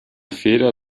feder